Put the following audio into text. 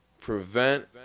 prevent